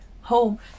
home